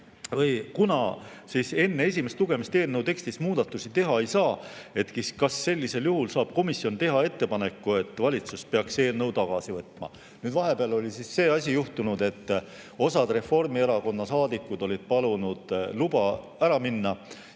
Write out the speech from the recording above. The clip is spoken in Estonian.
et kuna enne esimest lugemist eelnõu tekstis muudatusi teha ei saa, kas sellisel juhul saab komisjon teha ettepaneku, et valitsus peaks eelnõu tagasi võtma. Vahepeal oli see asi juhtunud, et osa Reformierakonna saadikuid oli palunud luba ära minna